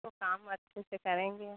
तो काम अच्छे से करेंगे